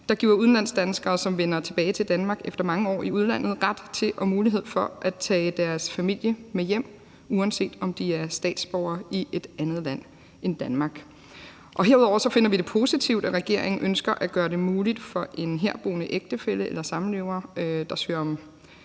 der giver udlandsdanskere , som vender tilbage til Danmark efter mange år i udlandet, ret til og mulighed for at tage deres familie med hjem, uanset om de er statsborgere i et andet land end Danmark. Herudover finder vi det positivt, at regeringen ønsker at gøre det muligt for en herboende ægtefælle eller samlever, der søger om